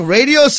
Radio